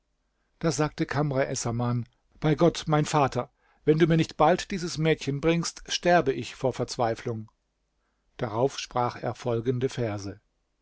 da sagte kamr essaman bei gott mein vater wenn du mir nicht bald dieses mädchen bringst sterbe ich vor verzweiflung darauf sprach er folgende verse